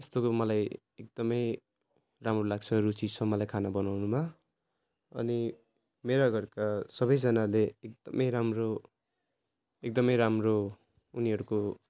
जस्तो कि मलाई एकदमै राम्रो लाग्छ रुचि छ मलाई खाना बनाउनुमा अनि मेरा घरका सबैजनाले एकदमै राम्रो एकदमै राम्रो उनीहरूको